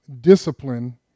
discipline